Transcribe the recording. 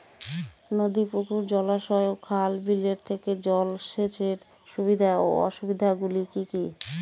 নদী পুকুর জলাশয় ও খাল বিলের থেকে জল সেচের সুবিধা ও অসুবিধা গুলি কি কি?